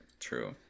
True